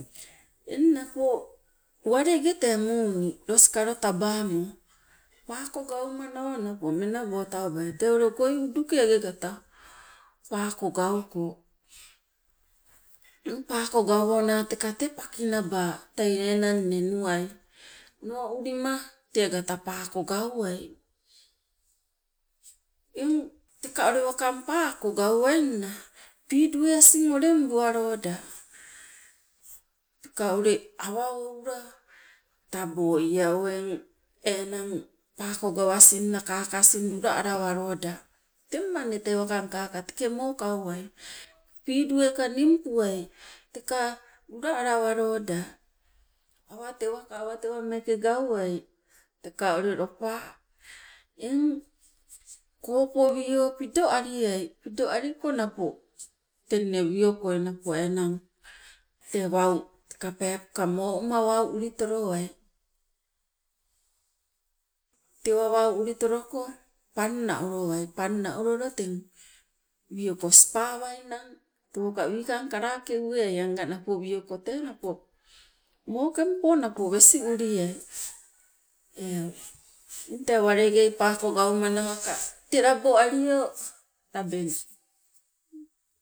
Eng napo walenge tee muuni loskalo tabamo paako gaumanawa menabo tawabai, tee ule koi uduke agegata paako gauko. Eng paako gawona teka tee paki naba tei enanne nuwai moulima te agata paako gauwai. Eng teka wakanna paako gauwainna pidue asing ulengbualoda, teka ule awa oula taabo ia o enang paako gawasinna kaka asing lula alawaloda teng manne tee wakang kaka teke mokauwai, pidueka ningpuai teka ule lula alawaloda, awateka awatewa gauwai teka ule lopa eng koopowi pidoaliai, pidoaliko napo tenne wiokoi napo tee enang wau teka peepoka mouma wau uli tolowai. Tewa wau ulitoloko panna olowai, panna olola teng wioko sipawainang tewo ka wikang kalake uweai anga wioko tee napo mokempo napo wesi uliai eu, eng tee walengei paako gaumanawaka te laboalio, tabeng.